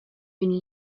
une